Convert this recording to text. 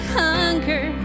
hunger